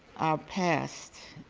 our past